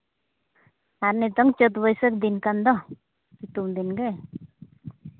ᱟᱨ ᱱᱤᱛᱚᱝ ᱪᱟᱹᱛ ᱵᱟᱹᱭᱥᱟᱹᱠᱷ ᱫᱤᱱ ᱠᱟᱱ ᱫᱚ ᱥᱤᱛᱩᱝ ᱫᱤᱱ ᱜᱮ